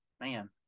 man